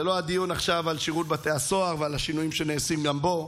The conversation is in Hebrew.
זה לא הדיון עכשיו על שירות בתי הסוהר ועל השינויים שנעשים גם בו,